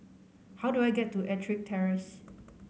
how do I get to Ettrick Terrace